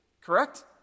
correct